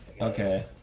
Okay